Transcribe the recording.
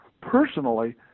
personally